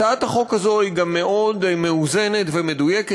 הצעת החוק הזאת היא גם מאוד מאוזנת ומדויקת.